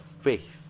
faith